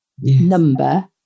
number